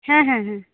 হ্যাঁ হ্যাঁ হ্যাঁ